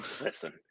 Listen